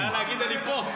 זה היה להגיד "אני פה".